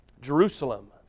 Jerusalem